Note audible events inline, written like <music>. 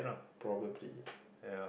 probably <breath>